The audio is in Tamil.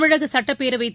தமிழகசுட்டப்பேரவைத்